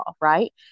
Right